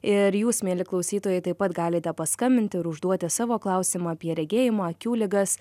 ir jūs mieli klausytojai taip pat galite paskambinti ir užduoti savo klausimą apie regėjimą akių ligas